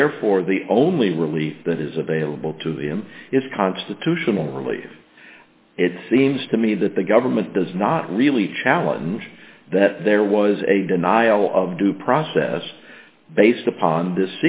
therefore the only relief that is available to him is constitutional relief it seems to me that the government does not really challenge that there was a denial of due process based upon th